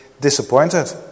disappointed